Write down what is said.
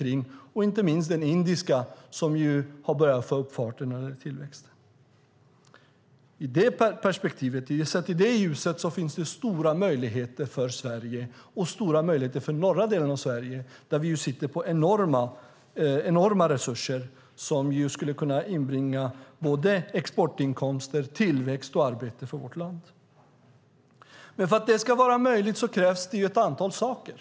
Det gäller inte minst den indiska, som har börjat få upp farten när det gäller tillväxt. I det perspektivet finns det stora möjligheter för Sverige och stora möjligheter för norra delen av Sverige där vi sitter på enorma resurser som skulle kunna inbringa både exportinkomster, tillväxt och arbete för vårt land. Men för att det ska vara möjligt krävs det ett antal saker.